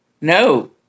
No